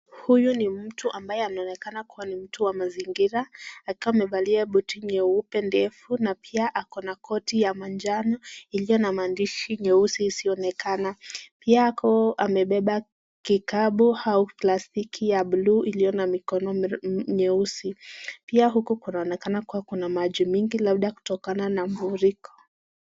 Huyu ni mtu anayeonekana kuwa ni mtu wa mazingira akiwa amevalia buti nyeupe ndefu na pia ako na koti ya manjano iliyo na maandishi nyeusi isiyoonekana ,pia amebeba kikapu au plastiki ya buluu iliyo na mikono nyeusi pia huku kunaonekana kuwa kuna maji mingi labda ni kutokana na mafuriko.